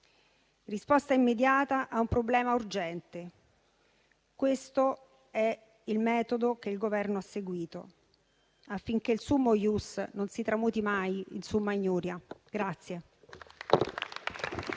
Risposta immediata a un problema urgente: questo è il metodo che il Governo ha seguito, affinché il *summum ius* non si tramuti mai in *summa iniuria*.